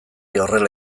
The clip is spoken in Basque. horrela